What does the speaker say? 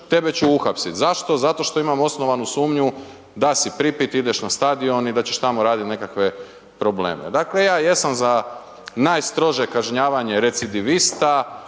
tebe ću uhapsit, zašto, zato što imamo osnovanu sumnju da si pripit, ideš na stadion i da ćeš tamo radit nekakve probleme. Dakle, ja jesam za najstrože kažnjavanje recidivista,